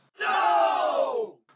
No